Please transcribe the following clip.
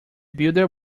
builder